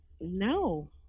No